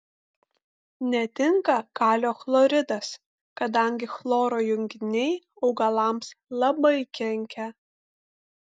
netinka kalio chloridas kadangi chloro junginiai augalams labai kenkia